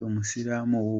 umuyisilamu